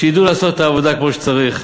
שידעו לעשות את העבודה כמו שצריך.